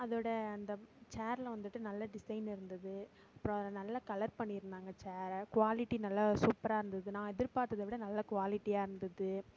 அதோட அந்த சேரில் வந்துட்டு நல்ல டிசைன் இருந்தது அப்புறம் அது நல்ல கலர் பண்ணியிருந்தாங்க சேரை குவாலிட்டி நல்லா சூப்பராக இருந்தது நான் எதிர்பாத்ததை விட நல்ல குவாலிட்டியாக இருந்தது